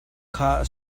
kha